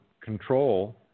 control